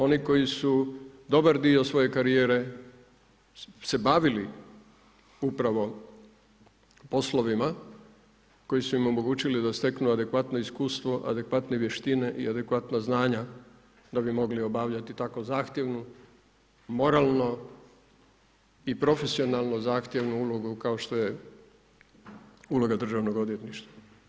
Oni koji su dobar dio svoje karijere se bavili upravo poslovima koji su im omogućili da steknu adekvatno iskustvo, adekvatne vještine i adekvatna znanja da bi mogli obavljati tako zahtjevnu, moralno i profesionalno zahtjevnu ulogu kao što je uloga državnog odvjetništva.